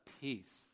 peace